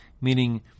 meaning